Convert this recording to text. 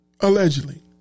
Allegedly